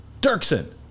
Dirksen